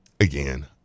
Again